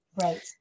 right